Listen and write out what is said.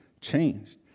changed